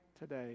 today